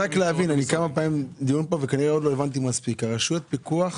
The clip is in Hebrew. רק להבין, אתה אומר שרשויות הפיקוח